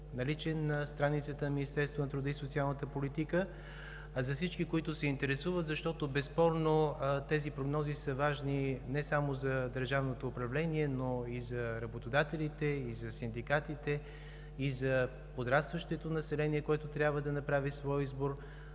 наличен на страницата на Министерството на труда и социалната политика за всички, които се интересуват, защото безспорно тези прогнози са важни не само за държавното управление, но и за работодателите, и за синдикатите, и за подрастващото население, което трябва да направи своя избор